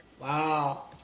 Wow